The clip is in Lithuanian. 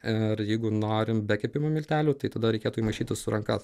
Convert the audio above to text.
ir jeigu norim be kepimo miltelių tai tada reikėtų įmaišyti su ranka